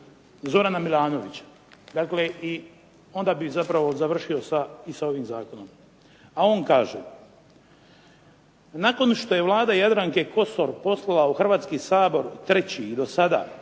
Zorana Milanovića, dakle i onda bih zapravo završio sa ovim zakonom. A on kaže: Nakon što je Vlada Jadranke Kosor poslala u Hrvatski sabor treći i do sada